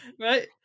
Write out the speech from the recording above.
right